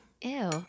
Ew